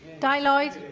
dai lloyd